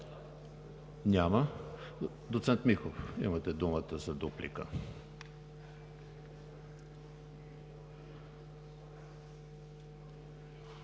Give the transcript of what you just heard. Няма. Доцент Михов, имате думата за дуплика.